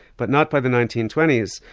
but not by the nineteen twenty s.